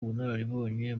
ubunararibonye